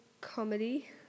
comedy